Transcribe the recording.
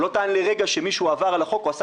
הוא לא טען לרגע שמישהו עבר על החוק או עשה